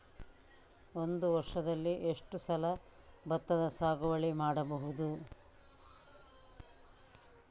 ಒಂದು ವರ್ಷದಲ್ಲಿ ಎಷ್ಟು ಸಲ ಭತ್ತದ ಸಾಗುವಳಿ ಮಾಡಬಹುದು?